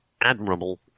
admirable